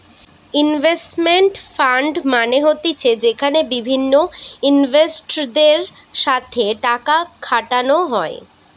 investment fund মানে হতিছে যেখানে বিভিন্ন ইনভেস্টরদের সাথে টাকা খাটানো হয়